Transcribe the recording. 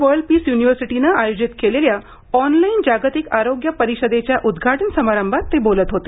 world peace युनिव्हर्सिटीनं आयोजित केलेल्या ऑनलाईन जागतिक आरोग्य परिषदेच्या उद्घाटन समारंभात ते बोलत होते